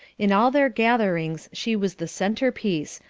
in all their gatherings she was the centerpiece,